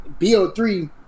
BO3